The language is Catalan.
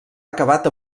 acabat